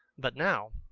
but now,